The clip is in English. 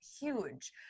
huge